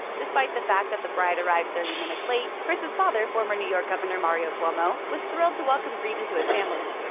despite the fact that the bride arrived thirty minutes late, chris' father, former new york governor mario cuomo, was thrilled to welcome greeven to his family.